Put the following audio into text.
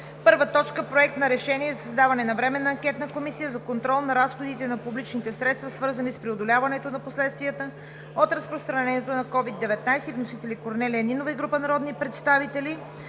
2020 г.: „1. Проект на решение за създаване на Временна комисия за контрол на разходите на публични средства, свързани с преодоляването на последствията от разпространението на COVID-19. Вносители – Корнелия Нинова и група народни представители